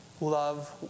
love